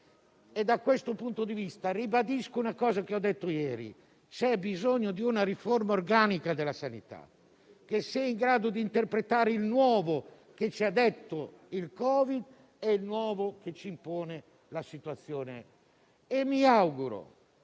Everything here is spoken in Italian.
Da questo punto di vista, ribadisco quanto ho detto ieri: c'è bisogno di una riforma organica della sanità che sia in grado di interpretare il nuovo che ci impone il Covid-19 ed il nuovo che ci impone la situazione pandemica.